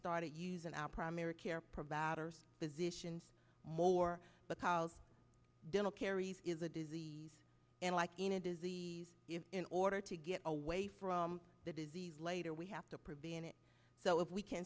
started using our primary care providers physicians more but called dental caries is a disease and like in a disease in order to get away from the disease later we have to prevent it so if we can